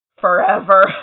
forever